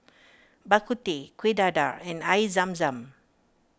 Bak Kut Teh Kuih Dadar and Air Zam Zam